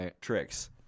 tricks